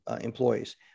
employees